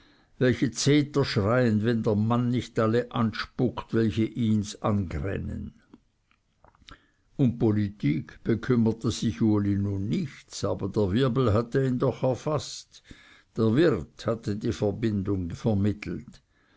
welche zeter schreien wenn der mann nicht alle anspuckt welche ihns angrännen um politik bekümmerte sich nun uli nichts aber der wirbel hatte ihn doch erfaßt der wirt hatte die verbindung vermittelt